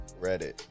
Reddit